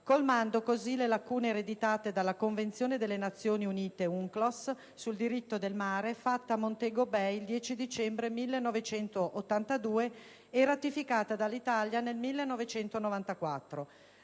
colmando così le lacune ereditate dalla Convenzione delle Nazioni Unite sul diritto del mare (UNCLOS), fatta a Montego Bay il 10 dicembre 1982 e ratificata dall'Italia nel 1994.